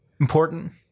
important